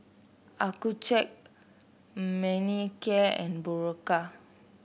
Accucheck Manicare and Berocca